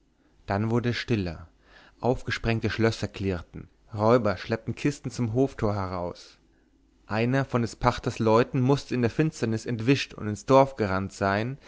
dann wurde es stiller aufgesprengte schlösser klirrten räuber schleppten kisten zum hoftor heraus einer von des pachters leuten mußte in der finsternis entwischt und ins dorf gerannt sein